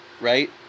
right